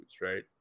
right